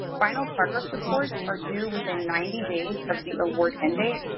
final progress reports are due within ninety days of the award end date,